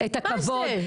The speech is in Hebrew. את הכבוד,